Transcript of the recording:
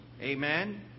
Amen